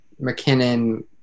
McKinnon